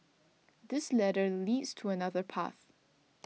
this ladder leads to another path